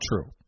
true